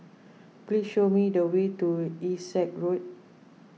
please show me the way to Essex Road